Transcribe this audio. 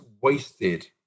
wasted